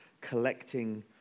collecting